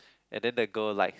and then the girl like